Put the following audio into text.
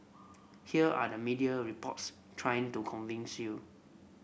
here are the media reports trying to convince you